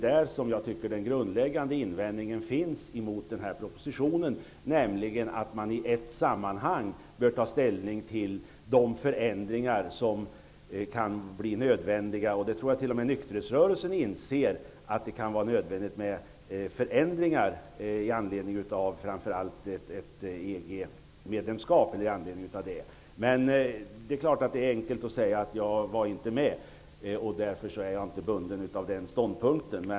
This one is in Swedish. Där finns den grundläggande invändningen mot propositionen, nämligen att man i ett sammanhang bör ta ställning till de förändringar som kan bli nödvändiga. Jag tror att t.o.m. nykterhetsrörelsen inser att det kan vara nödvändigt med förändringar, framför allt med anledning av ett EG-medlemskap. Det är naturligtvis enkelt att säga att man inte deltog och därför inte är bunden av den ståndpunkten.